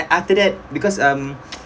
after that because um